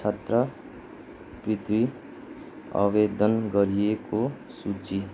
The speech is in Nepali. छात्रवृत्ति आवेदन गरिएको सूची